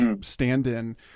stand-in